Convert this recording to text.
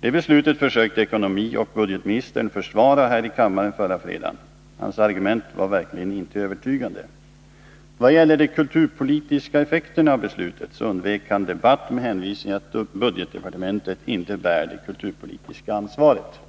Det beslutet försökte ekonomioch budgetministern försvara här i kammaren förra fredagen. Hans argument var verkligen inte övertygande. Vad gäller de kulturpolitiska effekterna av beslutet undvek han debatt med hänvisning till att budgetdepartementet inte bär det kulturpolitiska ansvaret.